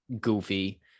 goofy